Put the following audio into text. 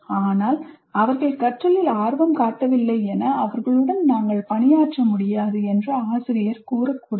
ஆனால் அவர்கள் கற்றலில் ஆர்வம் காட்டவில்லை என அவர்களுடன் நாங்கள் பணியாற்ற முடியாது என்று ஆசிரியர் கூறக் கூடாது